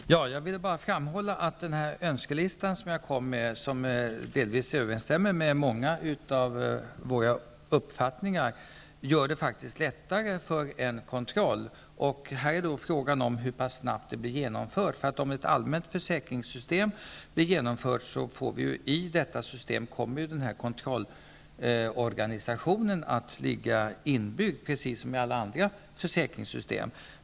Fru talman! Jag vill bara framhålla att min önskelista, som delvis överensstämmer med många av de uppfattningar som framförts här, faktiskt innehåller sådant som gör det lättare att utöva kontroll. Här är det då fråga om hur pass snabbt det går. Om ett allmänt sjukförsäkringssystem införs, kommer kontrollorganisationen att ligga inbyggd i detta, precis som i alla försäkringssystem.